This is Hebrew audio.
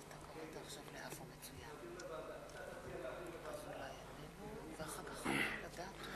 אני רוצה לדבר על העניין הזה אולי מנקודת מבט קצת